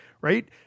Right